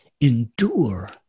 endure